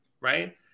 right